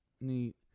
Neat